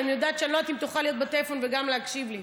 כי אני לא יודעת אם תוכל להיות בטלפון ולהקשיב לי.